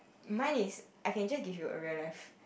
mine is I can just give you a real life